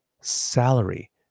salary